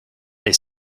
they